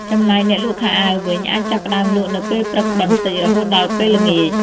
ចំណែកអ្នកលក់ខោអាវវិញអាចចាប់ផ្តើមលក់នៅពេលព្រឹកបន្តិច រហូតដល់ពេលល្ងាច។